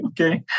Okay